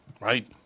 right